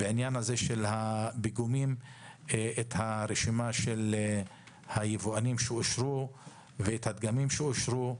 בעניין הפיגומים את הרשימה של היבואנים שאושרו ואת הדגמים שאושרו,